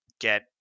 get